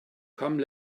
come